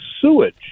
sewage